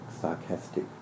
sarcastic